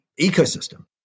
ecosystem